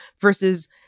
versus